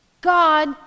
God